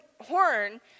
horn